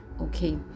okay